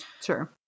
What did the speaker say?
sure